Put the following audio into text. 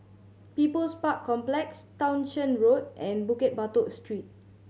People's Park Complex Townshend Road and Bukit Batok Street